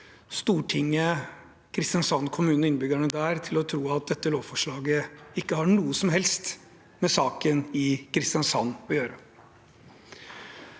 Stortinget, Kristiansand kommune og innbyggerne der til å tro at dette lovforslaget ikke har noe som helst med saken i Kristiansand å gjøre.